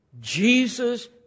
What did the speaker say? Jesus